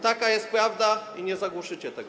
Taka jest prawda i nie zagłuszycie tego.